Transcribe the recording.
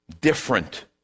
different